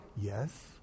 Yes